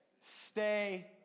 Stay